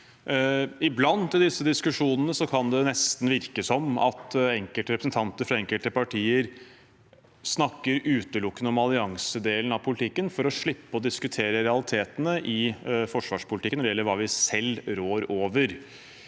Iblant i disse diskusjonene kan det nesten virke som at enkelte representanter fra enkelte partier snakker utelukkende om alliansedelen av politikken for å slippe å diskutere realitetene i forsvarspolitikken når det gjelder hva vi selv rår over.